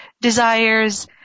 desires